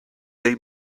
they